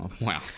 wow